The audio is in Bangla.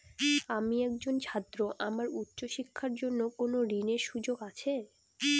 আমি একজন ছাত্র আমার উচ্চ শিক্ষার জন্য কোন ঋণের সুযোগ আছে?